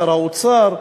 שר האוצר,